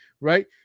Right